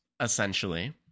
essentially